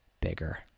bigger